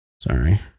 Sorry